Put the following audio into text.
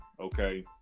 Okay